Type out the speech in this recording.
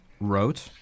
wrote –